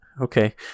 okay